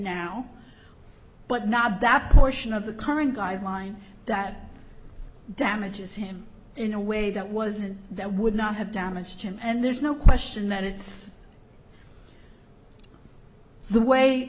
now but not that portion of the current guideline that damages him in a way that wasn't that would not have damaged him and there's no question that it's the way